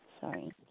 Sorry